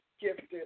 gifted